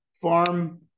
farm